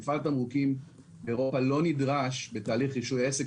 מפעל תמרוקים לא נדרש בתהליך רישוי עסק